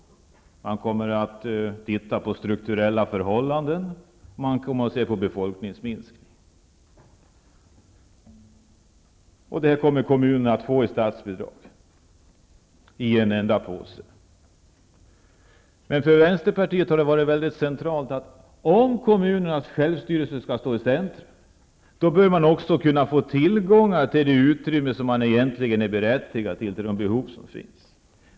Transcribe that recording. Man kommer att se till strukturella förhållanden och befolkningsminskning. Kommunerna kommer att få statsbidraget samlat i en enda påse. För Vänsterpartiet har det varit centralt att om kommunernas självstyrelse skall stå i centrum bör de få tillgång till det utrymme som de egentligen är berättigade till för de behov som finns.